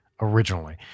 originally